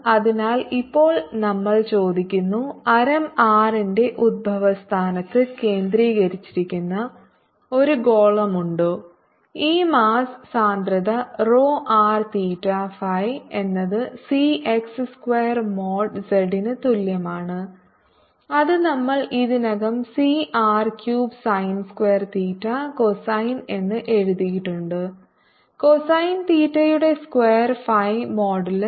അതിനാൽ ഇപ്പോൾ നമ്മൾ ചോദിക്കുന്നു ആരം r ന്റെ ഉത്ഭവസ്ഥാനത്ത് കേന്ദ്രീകരിച്ചിരിക്കുന്ന ഒരു ഗോളമുണ്ടോ ഈ മാസ്സ് സാന്ദ്രത rho r തീറ്റ phi എന്നത് C x square mod z ന് തുല്യമാണ് അത് നമ്മൾ ഇതിനകം C r cubed sine square theta cosine എന്ന് എഴുതിയിട്ടുണ്ട് കോസൈൻ തീറ്റയുടെ സ്ക്വയർ ഫി മോഡുലസ്